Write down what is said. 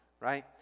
right